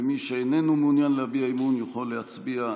ומי שאיננו מעוניין להביע אמון יכול להצביע נגד.